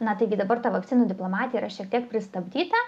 na taigi dabar ta vakcinų diplomatija yra šiek tiek pristabdyta